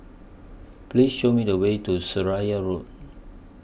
Please Show Me The Way to Seraya Road